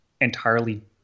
entirely